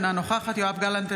אינה נוכחת יואב גלנט,